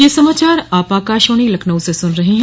ब्रे क यह समाचार आप आकाशवाणी लखनऊ से सुन रहे हैं